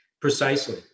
Precisely